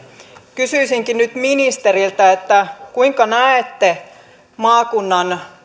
kysyisinkin nyt ministeriltä kuinka näette maakunnan